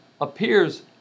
appears